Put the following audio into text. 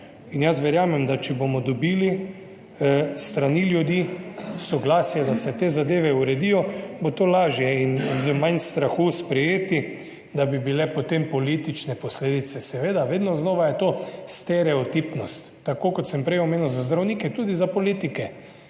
In jaz verjamem, da če bomo dobili s strani ljudi soglasje, da se te zadeve uredijo, bo to lažje in z manj strahu sprejeti, da bi bile potem politične posledice. Seveda vedno znova je to stereotipnost, tako kot sem prej omenil, za zdravnike, tudi za politike,